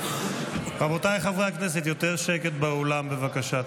רבותיי חברי הכנסת, יותר שקט באולם, בבקשה.